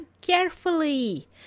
carefully